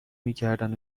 میکردن